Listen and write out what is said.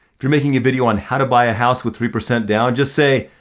if you're making a video on how to buy a house with three percent down, just say,